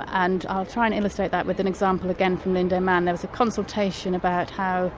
and and i'll try and illustrate that with an example again from lindow man. there was a consultation about how